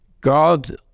God